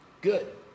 good